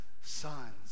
sons